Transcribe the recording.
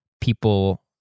people